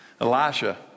Elisha